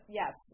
yes